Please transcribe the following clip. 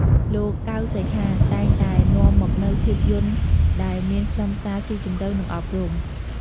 លោក កៅ សីហា តែងតែនាំមកនូវភាពយន្តដែលមានខ្លឹមសារស៊ីជម្រៅ និងអប់រំ។